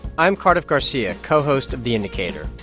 i'm cardiff garcia, co-host of the indicator.